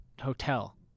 hotel